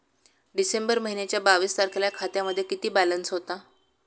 डिसेंबर महिन्याच्या बावीस तारखेला खात्यामध्ये किती बॅलन्स होता?